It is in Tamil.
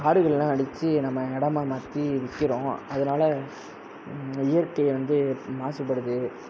காடுகள்லாம் அழித்து நம்ம இடமா மாற்றி விற்கிறோம் அதனால இயற்கை வந்து மாசுபடுது